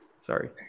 Sorry